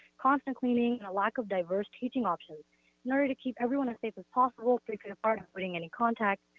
constant cleaning, and a lack of diverse teaching options in order to keep everyone safe as possible, three feet apart, avoiding any contact.